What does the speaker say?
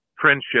friendship